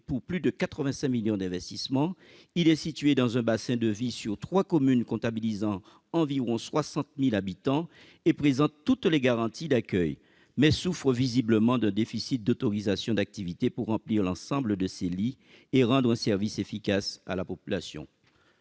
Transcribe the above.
pour plus de 85 millions d'euros d'investissement, il est situé dans un bassin de vie regroupant trois communes et comptabilisant environ 60 000 habitants et il présente toutes les garanties d'accueil, mais il souffre visiblement d'un déficit d'autorisations d'activité pour remplir l'ensemble de ses lits et rendre un service efficace à la population.